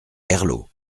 herlaut